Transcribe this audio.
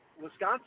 Wisconsin